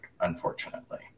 unfortunately